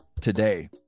today